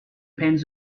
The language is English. depends